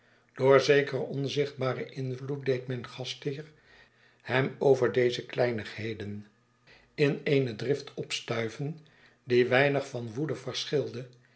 door zekeren onzichtbaren invloed deed myn gastheer hem over deze kleinigheden in eene drift opstuiven die weinig van woede verschilde